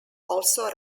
also